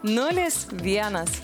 nulis vienas